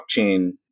blockchain